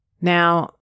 Now